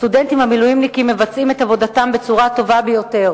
הסטודנטים המילואימניקים מבצעים את עבודתם בצורה הטובה ביותר